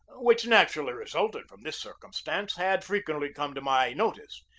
which naturally resulted from this circumstance had frequently come to my notice.